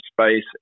space